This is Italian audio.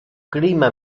clima